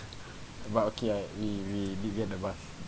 but okay ah we we did get the bus